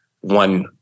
one